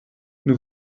nous